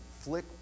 flick